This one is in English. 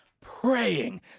praying